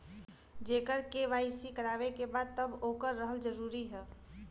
जेकर के.वाइ.सी करवाएं के बा तब ओकर रहल जरूरी हे?